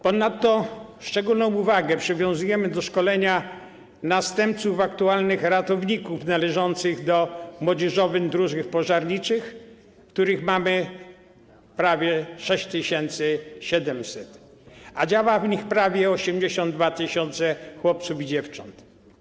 Ponadto szczególną uwagę przywiązujemy do szkolenia następców aktualnych ratowników, należących do młodzieżowych drużyn pożarniczych, których mamy prawie 6700, a działa w nich prawie 82 tys. chłopców i dziewcząt.